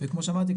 וכמו שאמרתי,